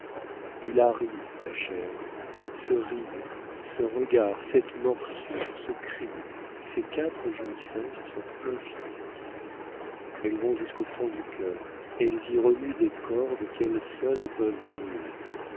a ri ma chère ce rire ce regard cette morsure ce cri ces quatre jouissances sont infinies elles vont jusqu'au fond du cœur elles y remuent des cordes qu'elles seules peuvent remuer